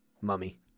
Mummy